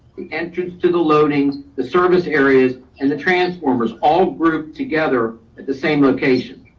entrance to the loadings, the service areas and the transformers all grouped together at the same location.